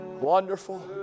wonderful